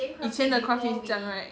以前的 craft it 这样 right